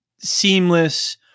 seamless